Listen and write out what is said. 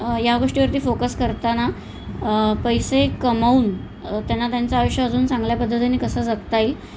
या गोष्टीवरती फोकस करताना पैसे कमवून त्यांना त्यांचं आयुष्य अजून चांगल्या पद्धतीने कसं जगता येईल